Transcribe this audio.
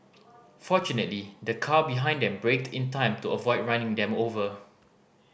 fortunately the car behind them braked in time to avoid running them over